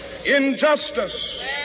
injustice